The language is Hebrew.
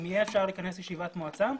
אם אפשר יהיה לכנס ישיבת מועצה,